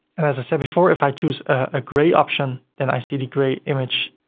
and as i said before, if i choose a gray option, then i see the gray image,